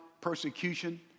persecution